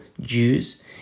Jews